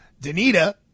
Danita